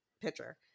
pitcher